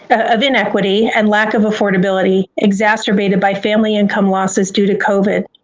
of inequity, and lack of affordability, exacerbated by family income losses due to covid,